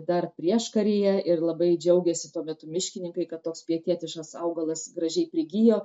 dar prieškaryje ir labai džiaugėsi tuo metu miškininkai kad toks pietietiškas augalas gražiai prigijo